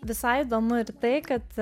visai įdomu ir tai kad